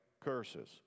curses